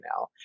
now